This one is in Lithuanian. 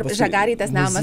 žagarėj tas namas